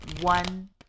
one